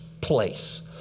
place